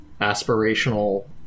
aspirational